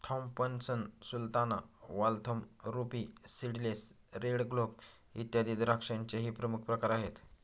Thompson sultana, Waltham, ruby seedless, red globe, इत्यादी द्राक्षांचेही प्रमुख प्रकार आहेत